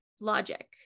logic